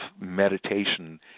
meditation